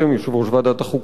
יושב-ראש ועדת החוקה,